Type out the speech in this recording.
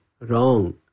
wrong